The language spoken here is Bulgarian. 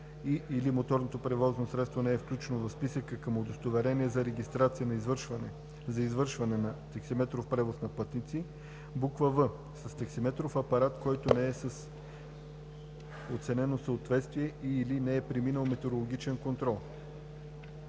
и/или моторното превозно средство не е включено в списъка към удостоверение за регистрация за извършване на таксиметров превоз на пътници; в) с таксиметров апарат, който не е с оценено съответствие и/или не е преминал метрологичен контрол;